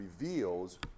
reveals